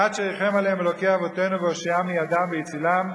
עד שריחם עליהם אלוקי אבותינו והושיעם מידם והצילם,